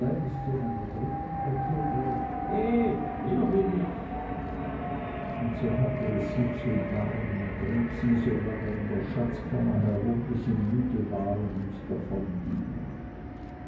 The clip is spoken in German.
in einer dritten ecke und rief he hier bin ich und so hatte es sie zu narren und trieb sie so lange in der schatzkammer herum bis sie müde waren und